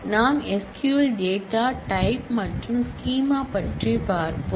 நாம் SQL data type மற்றும் schema பற்றி பார்ப்போம்